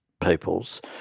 peoples